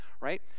right